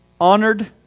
honored